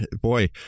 boy